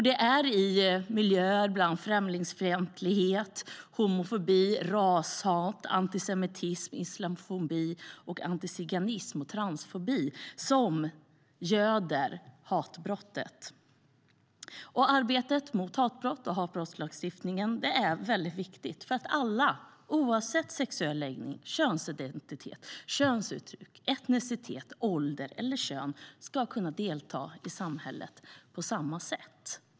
Det är miljöer med främlingsfientlighet, homofobi, rashat, antisemitism, islamofobi, antiziganism och transfobi som göder hatbrotten. Arbetet mot hatbrott är tillsammans med hatbrottslagstiftningen oerhört viktigt för att alla, oavsett sexuell läggning, könsidentitet, könsuttryck, etnicitet, ålder eller kön, ska kunna delta i samhället på samma sätt.